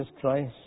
Christ